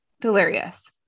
delirious